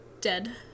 dead